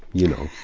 you know,